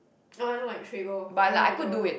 ah I don't like trigo I really don't